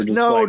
no